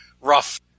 rough